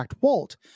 walt